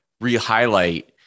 re-highlight